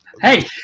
Hey